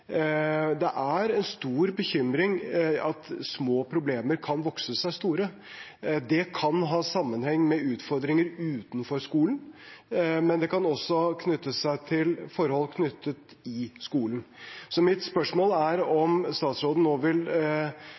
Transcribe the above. Det er en stor bekymring at små problemer kan vokse seg store. Det kan ha sammenheng med utfordringer utenfor skolen, men det kan også knytte seg til forhold i skolen. Så mitt spørsmål er om statsråden nå vil